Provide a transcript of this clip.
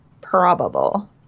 probable